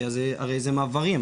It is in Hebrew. כי הרי זה מעברים,